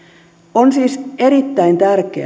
on siis erittäin tärkeää